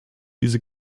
diese